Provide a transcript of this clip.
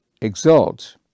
exalt